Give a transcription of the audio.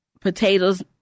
potatoes